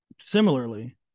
similarly